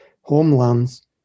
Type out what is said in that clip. homelands